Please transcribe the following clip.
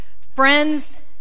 friends